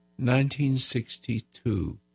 1962